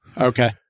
Okay